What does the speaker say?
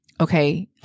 Okay